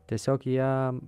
tiesiog jie